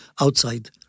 outside